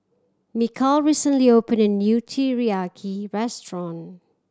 Mikal recently opened a new Teriyaki Restaurant